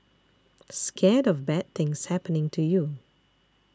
scared of bad things happening to you